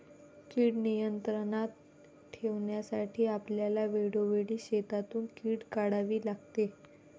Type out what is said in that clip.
कीड नियंत्रणात ठेवण्यासाठी आपल्याला वेळोवेळी शेतातून कीड काढावी लागते